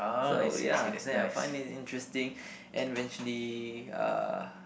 so ya then I find it interesting and eventually uh